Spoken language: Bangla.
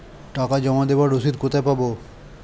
টাকা জমা দেবার রসিদ কোথায় পাব?